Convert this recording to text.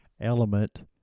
element